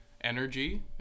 energy